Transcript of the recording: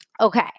Okay